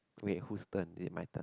wait who's turn is it my turn